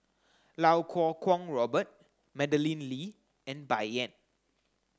Iau Kuo Kwong Robert Madeleine Lee and Bai Yan